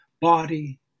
body